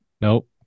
Nope